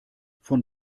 von